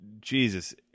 Jesus